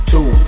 Two